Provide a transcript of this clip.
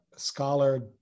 scholar